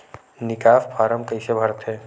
निकास फारम कइसे भरथे?